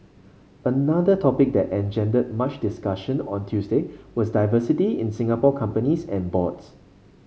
another topic that engendered much discussion on Tuesday was diversity in Singapore companies and boards